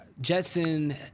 Jetson